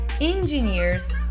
engineers